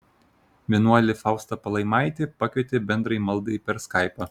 vienuolė fausta palaimaitė pakvietė bendrai maldai per skaipą